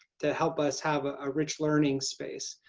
to help us have a ah rich learning space,